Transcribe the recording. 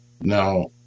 Now